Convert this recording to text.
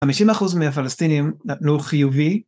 50% מהפלסטינים נתנו חיובי